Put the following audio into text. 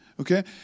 Okay